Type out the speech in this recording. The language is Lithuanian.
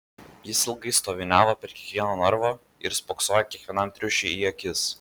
jis ilgai stoviniavo prie kiekvieno narvo ir spoksojo kiekvienam triušiui į akis